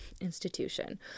institution